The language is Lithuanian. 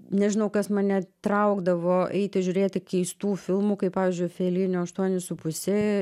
nežinau kas mane traukdavo eiti žiūrėti keistų filmų kaip pavyzdžiui felinio aštuoni su puse